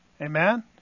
Amen